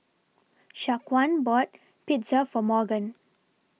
Shaquan bought Pizza For Morgan